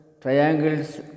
triangles